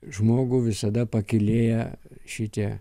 žmogų visada pakylėja šitie